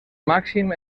màxim